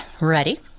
Ready